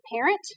parent